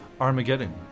Armageddon